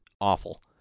awful